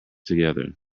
together